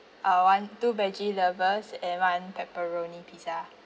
uh one two veggie lovers and one pepperoni pizza